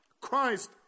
Christ